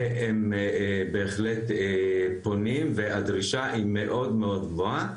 והם בהחלט פונים והדרישה היא מאוד, מאוד גבוהה,